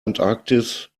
antarktis